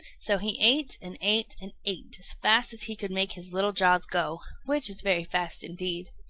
so he ate and ate and ate as fast as he could make his little jaws go, which is very fast indeed.